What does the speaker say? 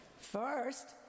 First